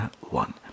one